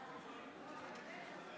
תודה רבה,